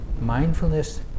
mindfulness